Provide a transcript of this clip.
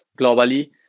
globally